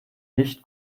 nicht